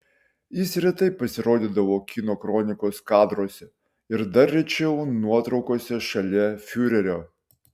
jis retai pasirodydavo kino kronikos kadruose ir dar rečiau nuotraukose šalia fiurerio